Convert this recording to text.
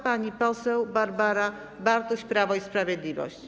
Pani poseł Barbara Bartuś, Prawo i Sprawiedliwość.